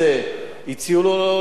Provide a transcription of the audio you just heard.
הציעו לו להחליף את הכיסא,